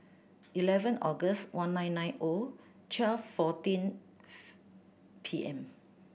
eleven August one nine nine O twelve fourteenth P M